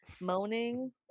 moaning